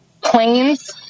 planes